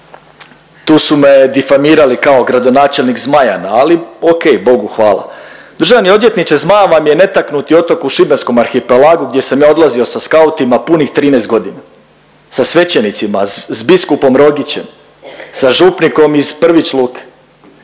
Tu su me difamirali kao gradonačelnik Zmajana, ali okej, Bogu hvala. Državni odvjetniče, Zmajan vam je netaknuti otok u šibenskom arhipelagu gdje sam odlazio sa skautima punih 13.g., sa svećenicima, s biskupom Rogićem, sa župnikom iz Prvić luke